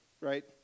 Right